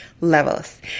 levels